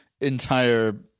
entire